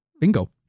bingo